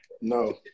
No